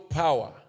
power